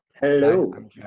Hello